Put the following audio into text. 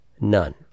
None